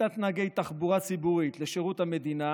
קליטת נהגי תחבורה ציבורית בשירות המדינה